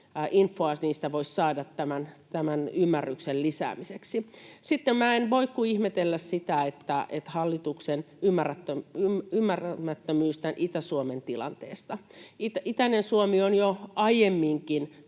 saada sitä tärkeätä infoa tämän ymmärryksen lisäämiseksi. Sitten minä en voi kuin ihmetellä hallituksen ymmärtämättömyyttä Itä-Suomen tilanteesta. Itäinen Suomi on jo aiemminkin